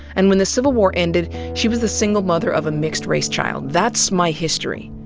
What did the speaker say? and when the civil war ended, she was the single mother of a mixed race child. that's my history.